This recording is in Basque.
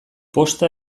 posta